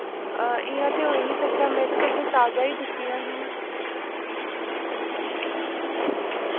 इ' ते होई निं सकदा में ते तुसें ताजा ही दित्तियां हियां